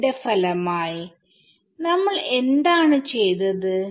ഇതിന്റെ ഫലമായി നമ്മൾ എന്താണ് ചെയ്തത്